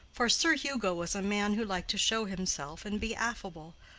for sir hugo was a man who liked to show himself and be affable,